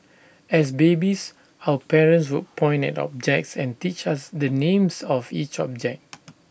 as babies our parents would point at objects and teach us the names of each object